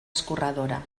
escorredora